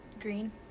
green